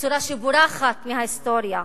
בצורה שבורחת מההיסטוריה,